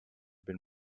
been